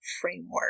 Framework